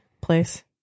place